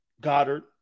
Goddard